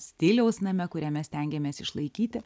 stiliaus name kuriame stengiamės išlaikyti